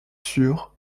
sûr